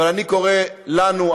אבל אני קורא לנו,